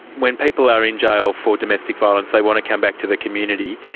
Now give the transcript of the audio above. when people are in jail for domestic violence they want to come back to the community,